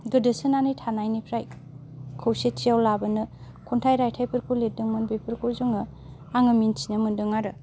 गोदोसोनानै थानायनिफ्राय खौसेथियाव लाबोनो खन्थाइ रायथाइफोरखौ लिरदोंमोन बेफोरखौ जोङो आङो मिन्थिनो मोनदों आरो